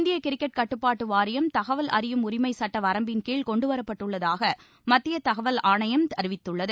இந்திய கிரிக்கெட் கட்டுப்பாட்டு வாரியம்தகவல் அறியும் உரிமை சட்ட வரம்பின் கீழ் கொண்டுவரப்பட்டுள்ளதாக மத்திய தகவல் ஆணையம் அறிவித்துள்ளது